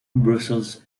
brussels